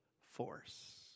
force